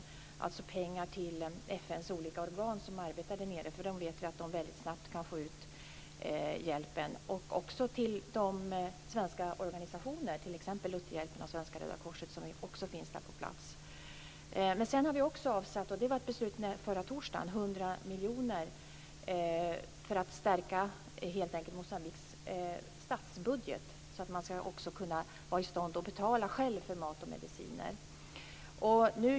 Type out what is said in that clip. Vi sände alltså pengar till FN:s olika organ som arbetar där nere, för vi vet att de väldigt snabbt kan få ut hjälpen. Vi sände också pengar till de svenska organisationer, t.ex. Lutherhjälpen och Svenska Röda korset, som finns på plats. Sedan har vi också avsatt - det är ett beslut från förra torsdagen - 100 miljoner för att helt enkelt stärka Moçambiques statsbudget, så att man ska kunna vara i stånd att själv betala för mat och mediciner.